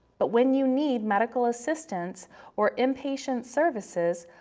but when you need medical assistance or in-patient services,